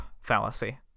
fallacy